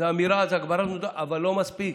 אמירה והגברת מודעות, אבל לא מספיק.